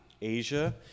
Asia